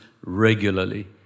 regularly